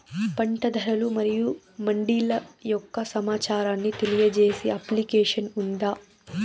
పంట ధరలు మరియు మండీల యొక్క సమాచారాన్ని తెలియజేసే అప్లికేషన్ ఉందా?